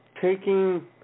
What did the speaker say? taking